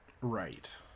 right